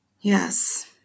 Yes